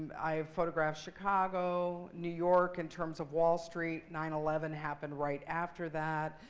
i photographed chicago. new york, in terms of wall street. nine eleven happened right after that.